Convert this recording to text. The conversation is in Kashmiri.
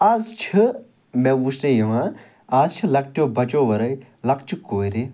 آز چھِ مےٚ وُچھنہٕ یِوان آز چھِ لۄکٹیٛو بَچو وَرٲے لۄکچہِ کورِ